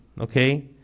okay